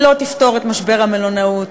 היא לא תפתור את משבר המלונאות,